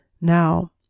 Now